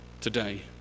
today